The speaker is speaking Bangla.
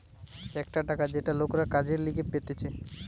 একটা টাকা যেটা লোকরা কাজের লিগে পেতেছে